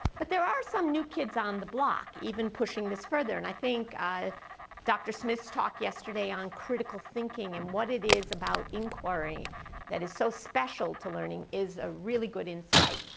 but there are some new kids on the block even pushing this further, and i think dr. smith's talk yesterday on critical thinking and what it is about inquiry that is so special to learning is a really good insight.